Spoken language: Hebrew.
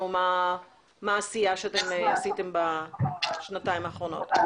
מה העשייה שעשיתם בשנתיים האחרונות?